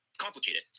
complicated